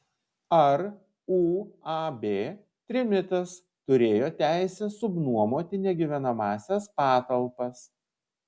ar uab trimitas turėjo teisę subnuomoti negyvenamąsias patalpas